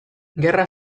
gerra